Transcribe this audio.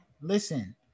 Listen